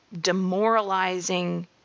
demoralizing